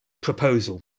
proposal